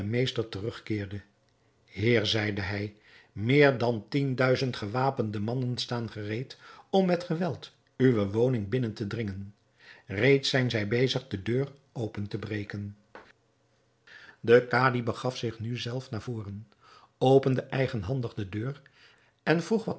meester terugkeerde heer zeide hij meer dan tienduizend gewapende mannen staan gereed om met geweld uwe woning binnen te dringen reeds zijn zij bezig de deur open te breken de kadi begaf zich nu zelf naar voren opende eigenhandig de deur en vroeg